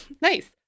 Nice